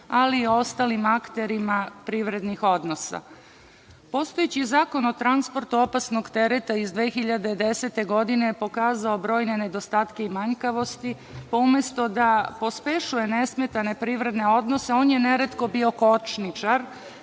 ali i ostalim akterima privrednih odnosa. Postojeći Zakon o transportu opasnog tereta iz 2010. godine pokazao je brojne nedostatke i manjkavosti, pa umesto da pospešuje nesmetane privredne odnose, on je neretko bio kočničar